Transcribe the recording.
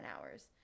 hours